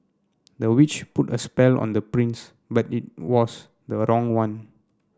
the witch put a spell on the prince but it was the wrong one